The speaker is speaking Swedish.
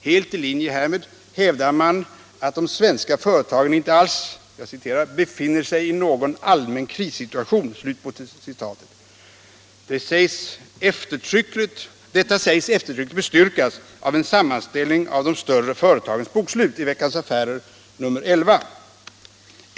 Helt i linje härmed hävdar man att de svenska företagen inte alls ”befinner sig i någon allmän krissituation”. Detta sägs eftertryckligt bestyrkas av en sammanställning av de större företagens bokslut i Veckans Affärer nr 11.